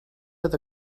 oedd